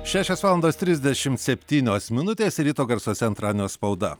šešios valandos trisdešim septynios minutės ir ryto garsuose antradienio spauda